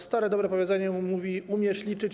Stare dobre powiedzenie mówi: Umiesz liczyć?